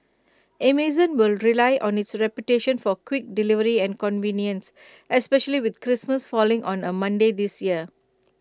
Amazon will rely on its reputation for quick delivery and convenience especially with Christmas falling on A Monday this year